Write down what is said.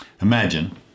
Imagine